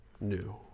new